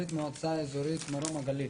אנחנו קיבלנו את כל נושא התלונות ולאורך כל הדרך,